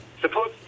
Suppose